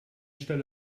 stelle